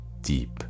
deep